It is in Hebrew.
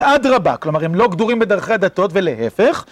אדרבא. כלומר, הם לא גדורים בדרכי הדתות, ולהפך...